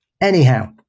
Anyhow